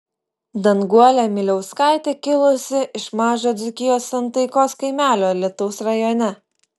danguolė miliauskaitė kilusi iš mažo dzūkijos santaikos kaimelio alytaus rajone